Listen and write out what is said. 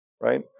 right